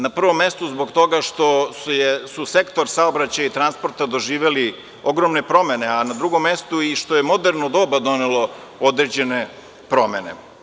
Na prvom mestu, zbog toga što su sektor saobraćaja i transporta doživeli ogromne promene, a na drugom mestu i što je moderno doba donelo određene promene.